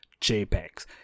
jpegs